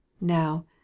now